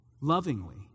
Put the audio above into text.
lovingly